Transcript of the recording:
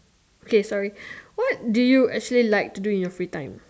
okay sorry what do you actually like to do in your free time